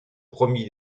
promit